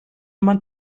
man